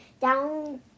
down